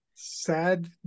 Sad